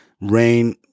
rain